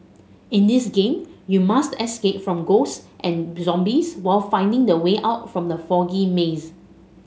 in this game you must escape from ghosts and zombies while finding the way out from the foggy maze